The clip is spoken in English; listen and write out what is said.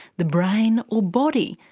the brain or body?